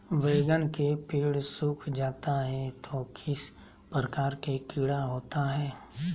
बैगन के पेड़ सूख जाता है तो किस प्रकार के कीड़ा होता है?